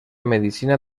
medicina